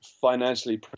financially